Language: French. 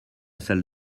salle